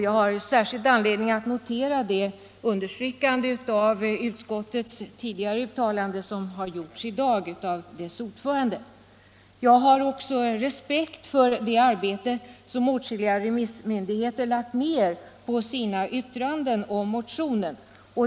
Jag har särskilt anledning att notera det understrykande av detta som gjordes tidigare i dag av utskottets ordförande. Jag har också respekt för det arbete som åtskilliga remissmyndigheter lagt ned på sina yttranden över motionen.